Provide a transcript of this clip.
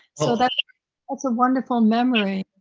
so that's that's wonderful memory.